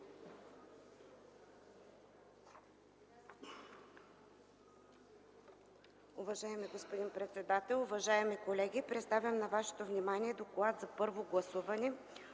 Уважаеми господин председател, уважаеми колеги! Представям на Вашето внимание „ДОКЛАД за първо гласуване